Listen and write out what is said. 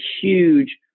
huge